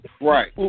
Right